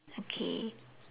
okay